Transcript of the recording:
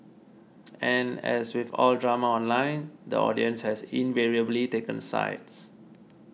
and as with all drama online the audience has invariably taken sides